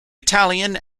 italian